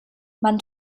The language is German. man